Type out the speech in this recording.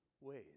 ways